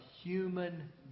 human